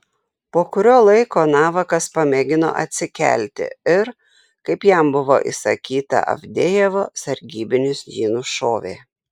po kurio laiko navakas pamėgino atsikelti ir kaip jam buvo įsakyta avdejevo sargybinis jį nušovė